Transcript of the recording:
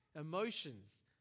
emotions